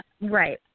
right